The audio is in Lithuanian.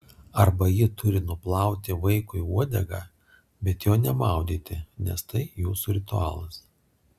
arba ji turi nuplauti vaikui uodegą bet jo nemaudyti nes tai jūsų ritualas